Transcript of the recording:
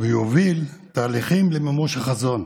ויוביל תהליכים למימוש החזון.